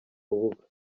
rubuga